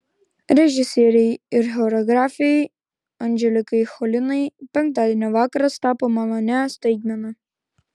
režisierei ir choreografei anželikai cholinai penktadienio vakaras tapo malonia staigmena